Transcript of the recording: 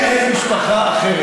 אם אין משפחה אחרת.